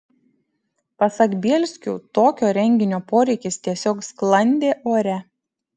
pasak bielskių tokio renginio poreikis tiesiog sklandė ore